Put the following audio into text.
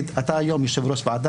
רוצה לשאול אותך לגבי זה לצורך העניין,